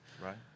right